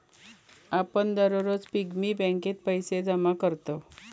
आपण दररोज पिग्गी बँकेत पैसे जमा करतव